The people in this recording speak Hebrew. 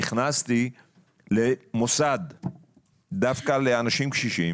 נכנסתי למוסד דווקא לאנשים קשישים